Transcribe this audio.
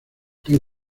ten